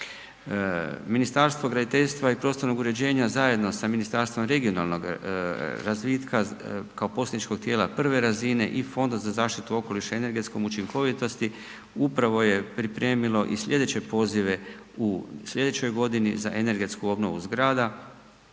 Ministarstvo graditeljstva i prostornog uređenja zajedno sa Ministarstvom regionalnoga razvitka kao posredničkog tijela prve razine i Fonda za zaštitu okoliša i energetsku učinkovitost upravo je pripremilo i slijedeće pozive u slijedećoj godini za energetsku obnovu zgrada